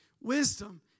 Wisdom